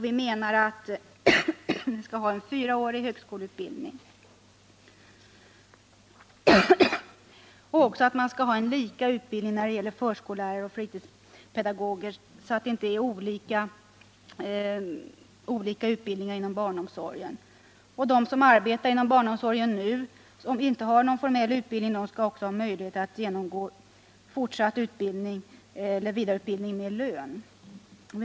Vi menar att man skall ha en fyraårig högskoleutbildning och också att man skall ha likvärdig utbildning när det gäller förskollärare och fritidspedagoger, så att det inte är olika utbildningar inom barnomsorgen. De som nu arbetar inom barnomsorgen utan formell utbildning skall ha möjlighet att genomgå vidareutbildning med lön.